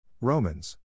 Romans